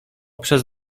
przez